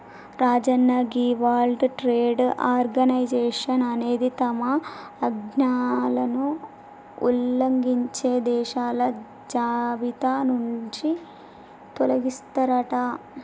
రాజన్న గీ World Trade Organization అనేది తమ ఆజ్ఞలను ఉల్లంఘించే దేశాల జాబితా నుంచి తొలగిస్తారట